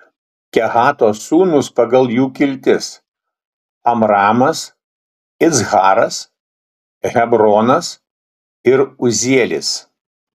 kehato sūnūs pagal jų kiltis amramas iccharas hebronas ir uzielis